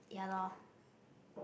ya lor